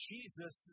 Jesus